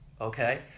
okay